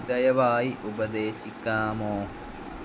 ദയവായി ഉപദേശിക്കാമോ